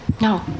No